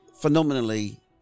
phenomenally